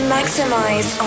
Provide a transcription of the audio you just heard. Maximize